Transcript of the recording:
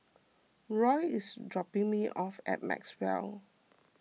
Roe is dropping me off at Maxwell